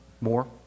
more